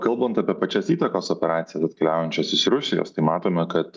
kalbant apie pačias įtakos operacijas atkeliaujančias iš rusijos tai matome kad